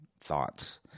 thoughts